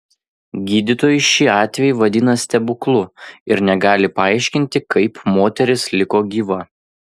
gydytojai šį atvejį vadina stebuklu ir negali paaiškinti kaip moteris liko gyva